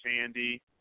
sandy